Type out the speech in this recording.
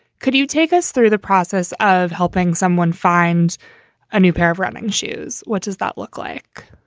could you take us through the process of helping someone find a new pair of running shoes? what does that look like?